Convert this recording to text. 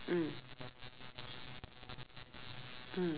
mm mm